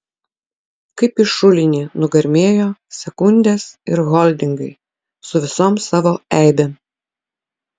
kaip į šulinį nugarmėjo sekundės ir holdingai su visom savo eibėm